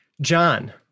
John